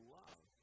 love